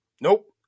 Nope